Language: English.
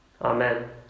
Amen